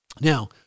Now